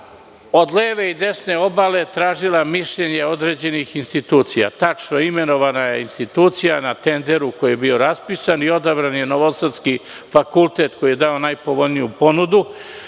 od leve i desne obale tražila mišljenje određenih institucija. Tačno je, imenovana je institucija na tenderu koji je bio raspisan i odabran je novosadski fakultet koji je dao najpovoljniju ponudu